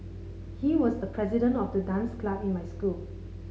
he was the president of the dance club in my school